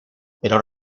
pero